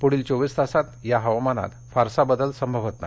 पुढील चोवीस तासात हवामानात फारसा बदल संभवत नाही